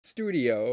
Studio